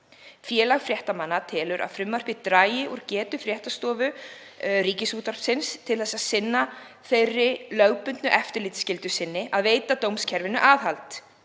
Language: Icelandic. Félag fréttamanna telur að frumvarpið dragi úr getu fréttastofu RÚV til þess að sinna þeirri lögbundnu eftirlitsskyldu sinni að veita dómskerfinu aðhald.